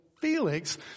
Felix